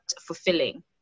fulfilling